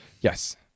Yes